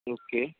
okay